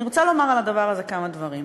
אני רוצה לומר על הדבר הזה כמה דברים.